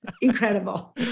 incredible